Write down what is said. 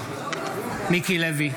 בעד מיקי לוי,